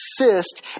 assist